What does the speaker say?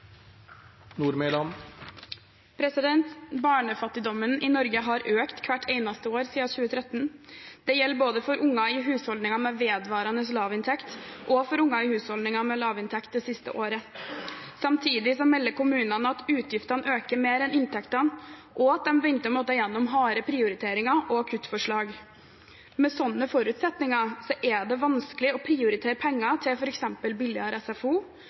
replikkordskifte. Barnefattigdommen i Norge har økt hvert eneste år siden 2013. Det gjelder både for unger i husholdninger med vedvarende lavinntekt og for unger i husholdninger med lavinntekt det siste året. Samtidig melder kommunene at utgiftene øker mer enn inntektene, og at man har begynt med harde prioriteringer og kuttforslag. Med sånne forutsetninger er det vanskelig å prioritere penger til f.eks. billigere SFO,